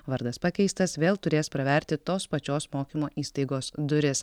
vardas pakeistas vėl turės praverti tos pačios mokymo įstaigos duris